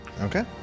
okay